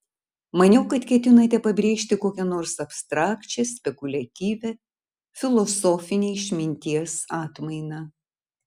maniau kad ketinate pabrėžti kokią nors abstrakčią spekuliatyvią filosofinę išminties atmainą